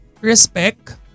respect